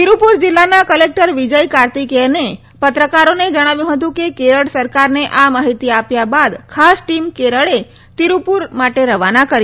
તિરુપુર જિલ્લાના કલેક્ટર વિજય કાર્તિકેયને પત્રકારોને જણાવ્યુ હતુ કે કેરળ સરકારને આ માહિતી આપ્યા બાદ ખાસ ટીમ કેરળે તિરુપુર માટે રવાના કરી છે